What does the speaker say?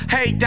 Hey